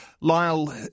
Lyle